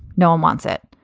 no one wants it.